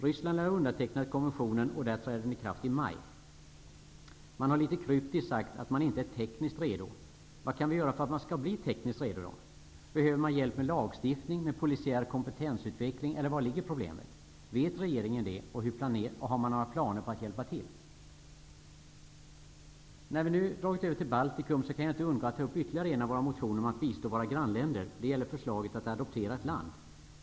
Ryssland lär ha undertecknat konventionen, och där träder den i kraft i maj. Balterna har litet kryptiskt sagt att de inte är tekniskt redo. Vad kan vi göra för att de skall bli tekniskt redo? Behöver de hjälp med lagstiftning, med polisiär kompetensutveckling eller var ligger problemet? Vet regeringen det, och har den några planer på att hjälpa till? När vi nu dragit över till Baltikum, kan jag inte undgå att ta upp ytterligare en av våra motioner om att bistå våra grannländer. Det gäller förslaget att adoptera ett land.